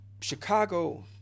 Chicago